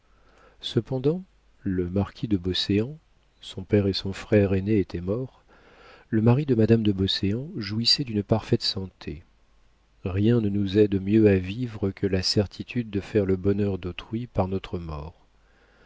cependant monsieur le marquis de beauséant son père et son frère aîné étaient morts le mari de madame de beauséant jouissait d'une parfaite santé rien ne nous aide mieux à vivre que la certitude de faire le bonheur d'autrui par notre mort